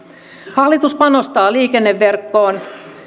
hallitus panostaa liikenneverkon